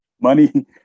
money